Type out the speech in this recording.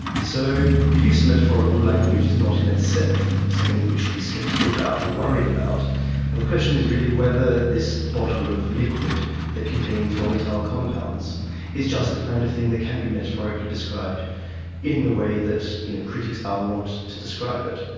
so the use of metaphorical language is not in itself something we should be sceptical about, or worried about. and the question is really whether this bottle of liquid that contains volatile compounds is just the kind of thing that can be metaphorically described in the way that you know critics are wont to describe it.